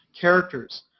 characters